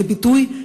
לביטוי,